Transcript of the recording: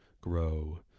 grow